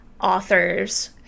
authors